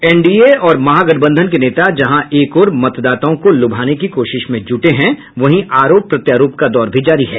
NDA और महागठबंधन के नेता जहां एक ओर मतदाताओं को लुभाने की कोशिश में जूटे हैं वहीं आरोप प्रत्यारोप का दौर भी जारी है